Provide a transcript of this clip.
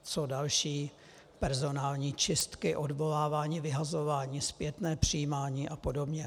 Jsou další personální čistky, odvolávání, vyhazování, zpětné přijímání a podobně.